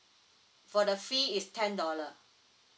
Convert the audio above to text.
for the fee is ten dollar